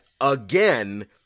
again